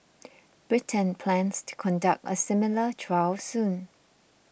Britain plans to conduct a similar trial soon